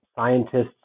Scientists